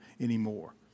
anymore